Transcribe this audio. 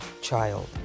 child